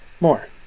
More